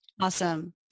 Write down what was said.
awesome